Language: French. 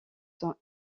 sont